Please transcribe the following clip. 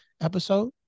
episode